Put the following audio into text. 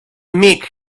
meek